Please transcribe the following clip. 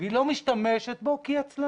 והיא לא משתמשת בו כי היא עצלנית.